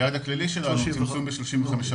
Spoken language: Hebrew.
היעד הכללי שלנו הוא צמצום ב-35%.